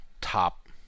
top